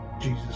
Jesus